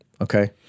Okay